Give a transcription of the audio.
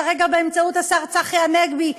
כרגע באמצעות השר צחי נגבי,